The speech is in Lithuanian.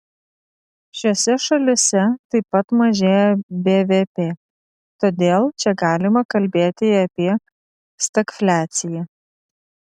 šiose šalyse taip pat mažėja bvp todėl čia galima kalbėti apie stagfliaciją